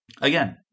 again